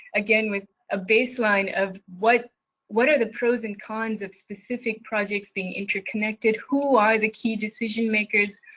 again, with a baseline of what what are the pros and cons of specific projects being interconnected, who are the key decision makers,